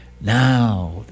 Now